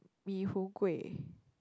mee hoon kueh